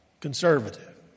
conservative